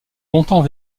longtemps